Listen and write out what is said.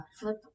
flip